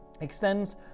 extends